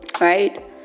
Right